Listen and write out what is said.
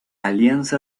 alianza